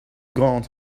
grande